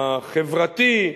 החברתי,